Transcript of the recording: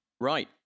Right